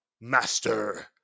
master